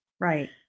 Right